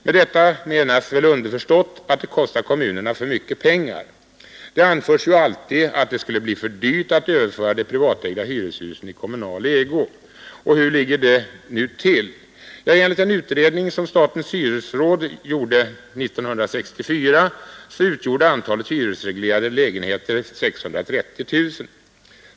Med detta menas väl underförstått att det kostar kommunerna för mycket pengar. Det anförs ju alltid att det blir för dyrt att överföra de privatägda hyreshusen i kommunal ägo. Hur ligger det nu till? Enligt en undersökning som statens hyresråd gjorde 1964 utgjorde antalet hyresreglerade lägenheter 630 000.